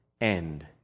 end